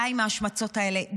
די עם ההשמצות האלה,